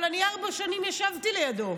אבל אני ארבע שנים ישבתי לידו.